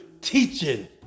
Teaching